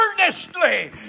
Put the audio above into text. earnestly